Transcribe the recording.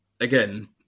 again